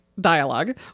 dialogue